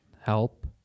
help